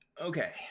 Okay